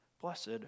Blessed